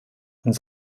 und